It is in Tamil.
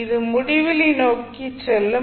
இது முடிவிலி நோக்கிச் செல்லும்